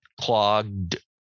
clogged